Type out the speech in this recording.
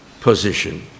position